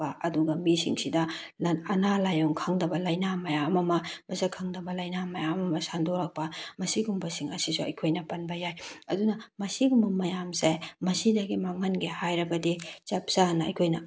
ꯑꯗꯨꯒ ꯃꯤꯁꯤꯡꯁꯤꯗ ꯑꯅꯥ ꯂꯥꯏꯌꯣꯡ ꯈꯪꯗꯕ ꯂꯩꯅꯥ ꯃꯌꯥꯝ ꯑꯃ ꯃꯁꯛ ꯈꯪꯗꯕ ꯂꯩꯅꯥ ꯃꯌꯥꯝ ꯑꯃ ꯁꯟꯗꯣꯔꯛꯄ ꯃꯁꯤꯒꯨꯝꯕꯁꯤꯡ ꯑꯁꯤꯁꯨ ꯑꯩꯈꯣꯏꯅ ꯄꯟꯕ ꯌꯥꯏ ꯑꯗꯨꯅ ꯃꯁꯤꯒꯨꯝꯕ ꯃꯌꯥꯝꯁꯦ ꯃꯁꯤꯗꯒꯤ ꯃꯥꯡꯍꯟꯒꯦ ꯍꯥꯏꯔꯒꯗꯤ ꯆꯞ ꯆꯥꯅ ꯑꯩꯈꯣꯏꯅ